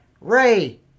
Ray